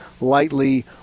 lightly